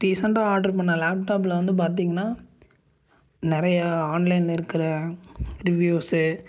ரீசண்டாக ஆர்ட்ரு பண்ண லேப்டாப்பில் வந்து பார்த்தீங்கன்னா நிறையா ஆன்லைனில் இருக்கிற ரிவ்யூஸு